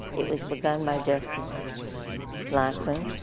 it was begun by justice blackmun.